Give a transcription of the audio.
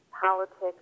politics